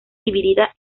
dividida